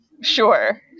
Sure